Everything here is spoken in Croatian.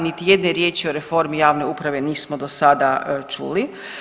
Niti jedne riječi o reformi javne uprave nismo do sada čuli.